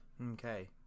Okay